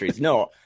No